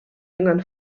jüngern